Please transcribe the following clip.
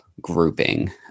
grouping